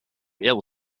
ill